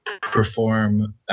perform